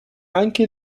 anche